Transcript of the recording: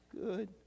good